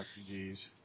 Refugees